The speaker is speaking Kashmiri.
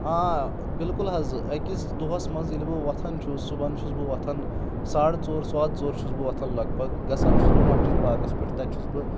آ بالکُل حظ أکِس دۄہَس منٛز ییٚلہِ بہٕ وۄتھان چھُ صُبحن چھُس بہٕ وۄتھان ساڑِ ژور سادٕ ژور چھُس بہٕ وۄتھان لگ بگ گژھان چھُس بہٕ مَسجِد پاکس پؠٹھ تَتہِ چھُس بہٕ